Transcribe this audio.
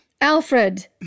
Alfred